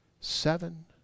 seven